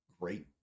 great